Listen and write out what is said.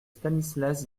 stanislas